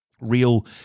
real